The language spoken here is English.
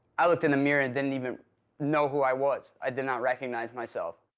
i looked in the mirror and didn't even know who i was. i did not recognize myself.